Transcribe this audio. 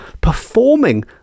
performing